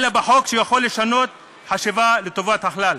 אלא בחוק שיכול לשנות חשיבה לטובת הכלל.